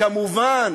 כמובן,